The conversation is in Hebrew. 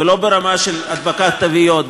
ולא ברמה של הדבקת תוויות,